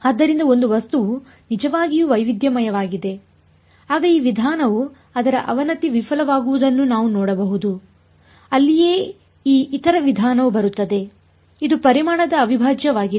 ಆದ್ದರಿಂದ ಒಂದು ವಸ್ತುವು ನಿಜವಾಗಿಯೂ ವೈವಿಧ್ಯಮಯವಾಗಿದೆ ಆಗ ಈ ವಿಧಾನವು ಅದರ ಅವನತಿ ವಿಫಲವಾಗುವುದನ್ನು ನಾವು ನೋಡಬಹುದು ಅಲ್ಲಿಯೇ ಈ ಇತರ ವಿಧಾನವು ಬರುತ್ತದೆ ಇದು ಪರಿಮಾಣದ ಅವಿಭಾಜ್ಯವಾಗಿದೆ